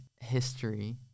history